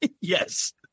Yes